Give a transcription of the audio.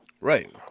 Right